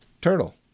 turtle